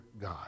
God